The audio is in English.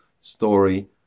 story